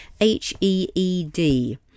H-E-E-D